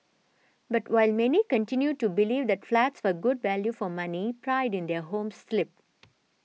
but while many continued to believe that flats were good value for money pride in their homes slipped